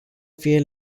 fie